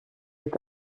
est